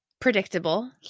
predictable